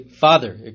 father